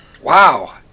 wow